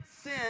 sin